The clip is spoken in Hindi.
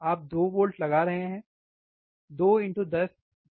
आप 2 वोल्ट लगा रहे हैं 21020 वोल्ट होगा